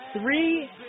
three